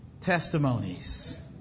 testimonies